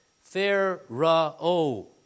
Pharaoh